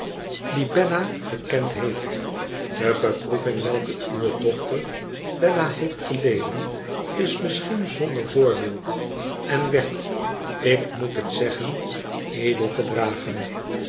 die bella gekend heeft de beproeving welke uwe dochter bella heeft geleden is misschien zonder voorbeeld en werd ik moet het zeggen edel gedragen